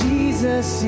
Jesus